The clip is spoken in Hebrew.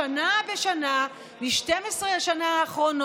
יש לו חופש עיסוק, זה חוק-יסוד.